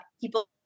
people